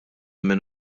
minn